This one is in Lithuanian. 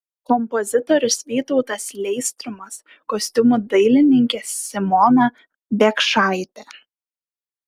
kompozitorius vytautas leistrumas kostiumų dailininkė simona biekšaitė